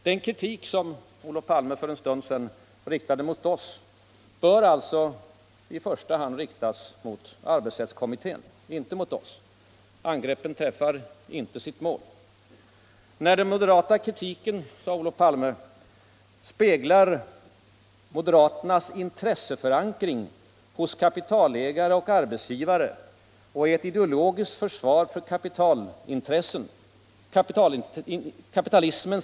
Den kritik som Olof Palme för en stund sedan riktade mot oss bör alltså i första hand riktas mot arbetsrättskommittén, inte mot oss. Angreppen träffar inte sitt mål. Den moderata kritiken, sade Olof Palme, speglar moderaternas intresseförankring hos kapitalägare och arbetsgivare och är ett ideologiskt försvar för kapitalismen som system.